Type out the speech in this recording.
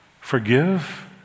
Forgive